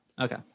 Okay